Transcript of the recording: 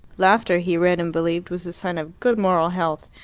laughter, he read and believed, was a sign of good moral health,